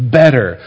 better